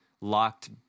locked